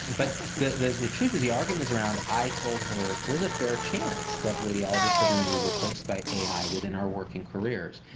but the truth is the argument is around i told her there's a fair chance that radiologists are gonna be replaced by ai within our working careers.